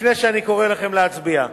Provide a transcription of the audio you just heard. לפני שאני קורא לכם להצביע,